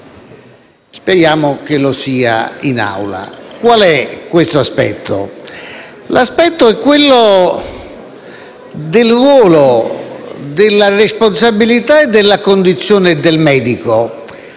Speriamo che lo sia in Aula. Qual è questo aspetto? L'aspetto è quello del ruolo, della responsabilità e della condizione del medico.